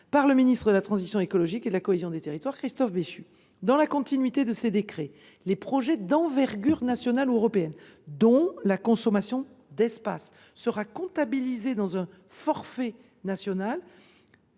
par le ministre de la transition écologique et de la cohésion des territoires, Christophe Béchu. Dans la continuité de ces décrets, les projets d’envergure nationale ou européenne, dont la consommation d’espace sera comptabilisée dans un forfait national,